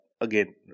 again